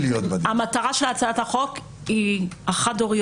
המטרה של הצעת החוק היא חד-הוריות,